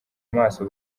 amaso